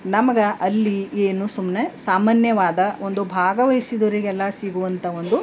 ನಮಗೆ ಅಲ್ಲಿ ಏನು ಸುಮ್ಮನೆ ಸಾಮಾನ್ಯವಾದ ಒಂದು ಭಾಗವಹಿಸಿದೋರಿಗೆಲ್ಲ ಸಿಗುವಂಥ ಒಂದು